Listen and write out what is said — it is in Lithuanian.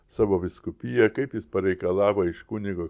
savo vyskupiją kaip jis pareikalavo iš kunigo